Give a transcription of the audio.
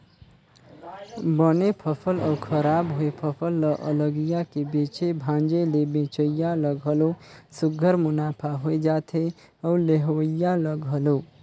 बने फसल अउ खराब होए फसल ल अलगिया के बेचे भांजे ले बेंचइया ल घलो सुग्घर मुनाफा होए जाथे अउ लेहोइया ल घलो